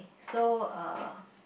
so uh